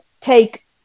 take